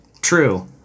True